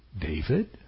David